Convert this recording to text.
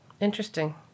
Interesting